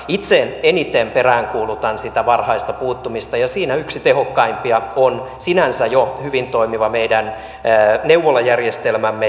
itse eniten peräänkuulutan sitä varhaista puuttumista ja siinä yksi tehokkaimpia keinoja on meidän sinänsä jo hyvin toimiva neuvolajärjestelmämme